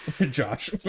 Josh